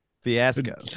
fiasco